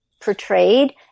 portrayed